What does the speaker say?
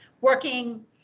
working